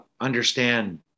understand